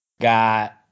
got